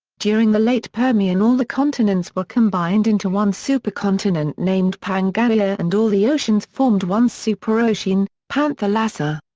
during the late permian all the continents were combined into one supercontinent named pangaea and all the oceans formed one superocean, panthalassa.